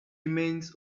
remains